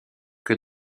que